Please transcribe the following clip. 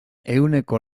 ehuneko